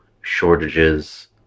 shortages